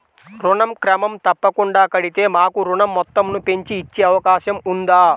ఋణం క్రమం తప్పకుండా కడితే మాకు ఋణం మొత్తంను పెంచి ఇచ్చే అవకాశం ఉందా?